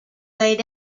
laid